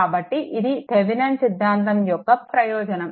కాబట్టి ఇది థెవెనిన్ సిద్ధాంతం యొక్క ప్రయోజనం